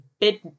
bid